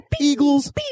eagles